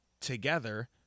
together